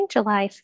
July